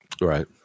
Right